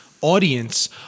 audience